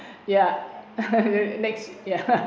ya (uh huh) next ya